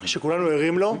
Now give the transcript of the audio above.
שכולנו ערים לו,